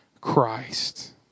Christ